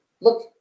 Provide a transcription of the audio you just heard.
look